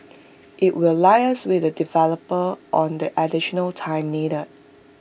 IT will liaise with the developer on the additional time needed